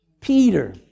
Peter